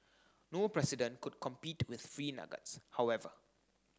no president could compete with free nuggets however